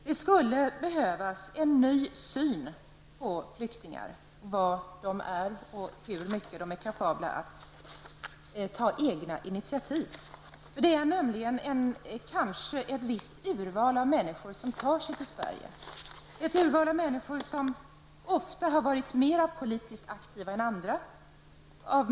Det skulle behövas en ny syn på flyktingar, vad de är och vilken förmåga de har kapabla att ta egna initiativ. Det är nämligen ett visst urval av människor som tar sig till Sverige. Dessa människor har ofta varit mer politiskt aktiva än andra.